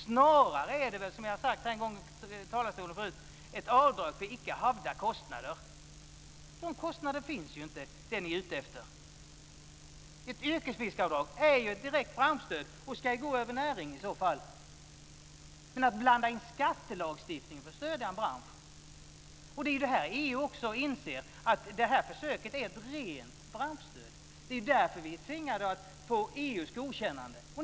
Snarare är det väl, som jag har sagt här i talarstolen en gång förut, ett avdrag för icke havda kostnader. De kostnader ni är ute efter finns ju inte. Ett yrkesfiskaravdrag är ju ett direkt branschstöd och ska gå över näringen i så fall. Men här blandar man in skattelagstiftningen för att stödja en bransch. Det är det här EU också inser. Man inser att det här försöket är ett rent branschstöd. Det är därför vi är tvingade att få EU:s godkännande.